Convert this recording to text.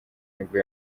nibwo